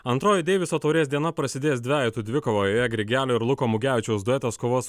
antroji deiviso taurės diena prasidės dvejetų dvikova joje grigelio ir luko mugevičiaus duetas kovos